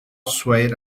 swayed